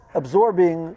absorbing